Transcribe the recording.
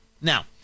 Now